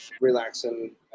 relaxing